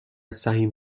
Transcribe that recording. سهیم